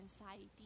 anxiety